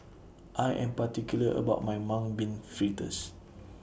I Am particular about My Mung Bean Fritters